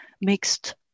mixed